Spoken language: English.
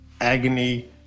agony